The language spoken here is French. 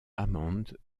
hammond